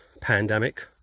pandemic